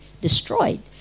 destroyed